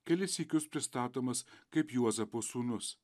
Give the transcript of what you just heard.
kelis sykius pristatomas kaip juozapo sūnus